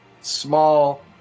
small